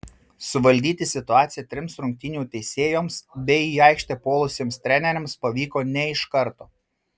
suvaldyti situaciją trims rungtynių teisėjoms bei į aikštę puolusiems treneriams pavyko ne iš karto